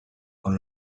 con